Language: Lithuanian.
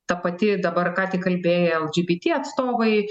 ta pati dabar ką tik kalbėję lgbt atstovai